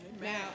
Now